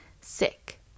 sick